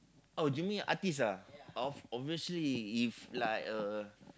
oh you mean artiste ah of obviously if like a